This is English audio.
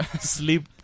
sleep